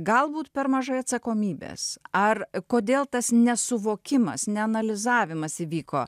galbūt per mažai atsakomybės ar kodėl tas nesuvokimas ne analizavimas įvyko